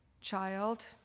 Child